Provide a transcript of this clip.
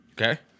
Okay